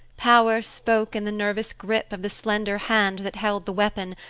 power spoke in the nervous grip of the slender hand that held the weapon,